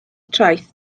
traeth